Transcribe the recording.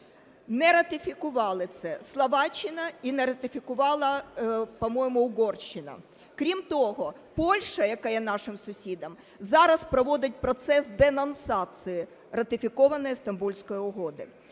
не ратифікувала це Словаччина і не ратифікувала, по-моєму, Угорщина. Крім того, Польща, яка є нашим сусідом, зараз проводить процес денонсації ратифікованої Стамбульської угоди.